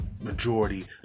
majority